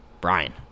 Brian